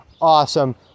awesome